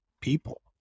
people